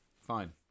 Fine